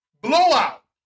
blowout